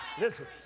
listen